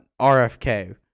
RFK